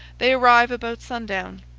they arrive about sundown.